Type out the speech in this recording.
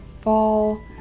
fall